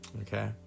Okay